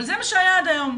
זה מה שהיה עד היום,